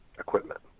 equipment